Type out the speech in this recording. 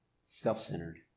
self-centered